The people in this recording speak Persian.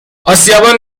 آسیابان